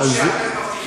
כמו שאתם מבטיחים.